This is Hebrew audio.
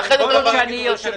קבועה.